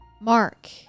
mark